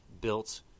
built